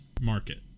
market